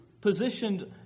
positioned